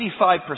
85%